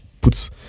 puts